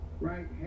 right